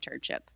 internship